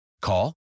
Call